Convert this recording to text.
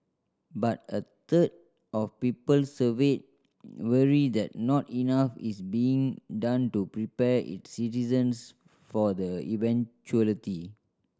but a third of people surveyed worry that not enough is being done to prepare its citizens for the eventuality